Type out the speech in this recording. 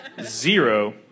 zero